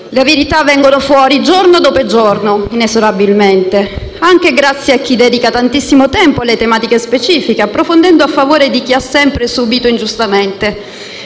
Le verità vengono fuori giorno dopo giorno, inesorabilmente, anche grazie a chi dedica tantissimo tempo alle tematiche specifiche, approfondendo a favore di chi ha sempre subito ingiustamente,